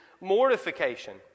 mortification